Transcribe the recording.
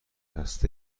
دست